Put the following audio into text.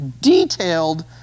detailed